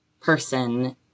person